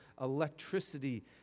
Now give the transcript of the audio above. electricity